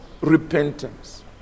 repentance